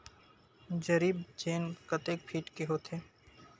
जरीब चेन कतेक फीट के होथे?